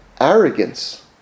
arrogance